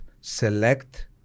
select